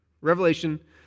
Revelation